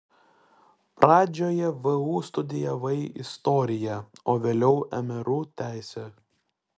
pradžioje vu studijavai istoriją o vėliau mru teisę